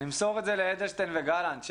נמסור את זה לאדלשטיין וגלנט.